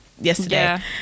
yesterday